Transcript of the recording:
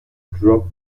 drop